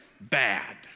bad